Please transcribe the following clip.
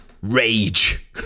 Rage